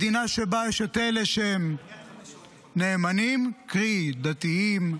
מדינה שבה יש את אלה שנאמנים, קרי, דתיים,